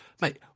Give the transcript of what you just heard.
mate